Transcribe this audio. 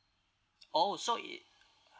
oh so it